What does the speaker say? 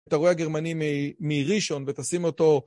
אתה רואה הגרמני מראשון ותשים אותו...